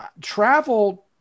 travel